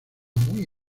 muy